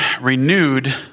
renewed